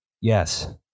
Yes